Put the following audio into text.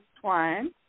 Twine